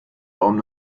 baum